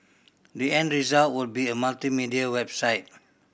the end result will be a multimedia website